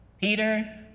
Peter